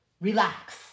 Relax